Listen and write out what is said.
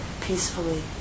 peacefully